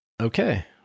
okay